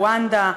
רואנדה,